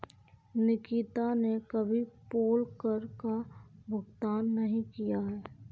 निकिता ने कभी पोल कर का भुगतान नहीं किया है